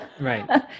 Right